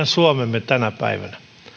suomemme tänä päivänä